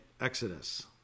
Exodus